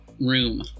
room